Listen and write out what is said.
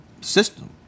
system